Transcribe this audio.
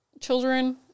children